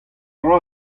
dra